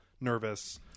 nervous